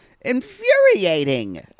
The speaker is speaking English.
Infuriating